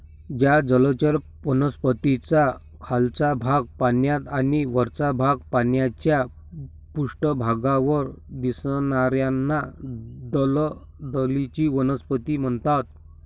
ज्या जलचर वनस्पतींचा खालचा भाग पाण्यात आणि वरचा भाग पाण्याच्या पृष्ठभागावर दिसणार्याना दलदलीची वनस्पती म्हणतात